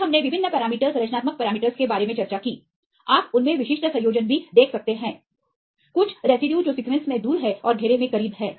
फिर हमने विभिन्न पैरामीटर संरचनात्मक पैरामीटरस के बारे में चर्चा की आप उनमें विशिष्ट संयोजन भी देख सकते हैं कुछ रेसिड्यू जो सीक्वेंस से दूर हैं वे घेरे में भी करीब हैं